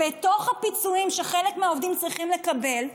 בתוך הפיצויים שחלק מהעובדים צריכים לקבל,